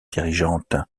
dirigeantes